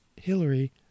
Hillary